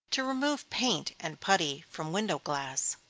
to remove paint and putty from window glass.